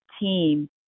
team